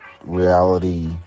Reality